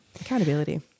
Accountability